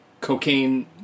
cocaine